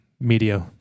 media